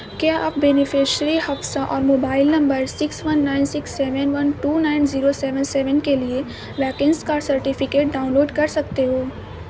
کیا آپ بینیفیشری حفصہ اور mobile number six one nine six seven one two nine zero seven seven کے لیے ویکینس کا سرٹیفکیٹ ڈاؤن لوڈ کر سکتے ہو